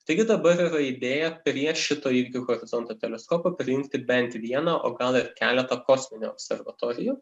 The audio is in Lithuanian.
taigi dabar yra idėją prieš šito įvykių horizonto teleskopo prijungti bent vieną o gal ir keletą kosminių observatorijų